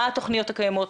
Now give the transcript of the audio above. מה התוכניות הקיימות,